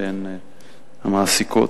שהן המעסיקות,